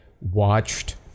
watched